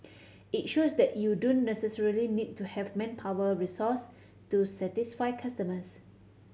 it shows that you don't necessarily need to have manpower resource to satisfy customers